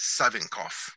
Savinkov